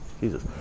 Jesus